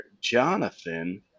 Jonathan –